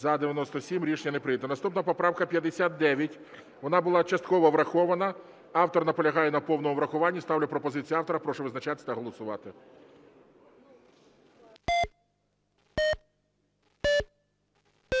За-97 Рішення не прийнято. Наступна поправка 59. Вона була частково врахована. Автор наполягає на повному врахуванні. Ставлю пропозицію автора. Прошу визначатися та голосувати.